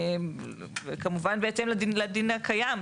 כמובן בהתאם לדין הקיים.